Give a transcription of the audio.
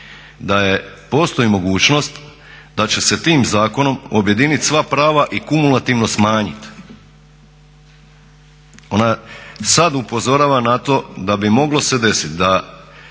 da postoji mogućnost da će se tim zakonom objediniti sva prava i kumulativno smanjiti. Ona sad upozorava na to da bi moglo se desiti